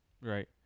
right